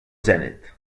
zenit